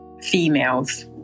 females